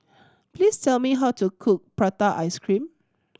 please tell me how to cook prata ice cream